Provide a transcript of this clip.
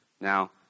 Now